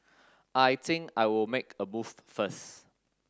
I think I will make a move first